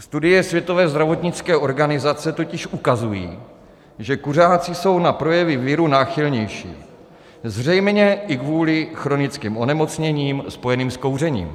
Studie Světové zdravotnické organizace totiž ukazují, že kuřáci jsou na projevy viru náchylnější, zřejmě i kvůli chronickým onemocněním spojeným s kouřením.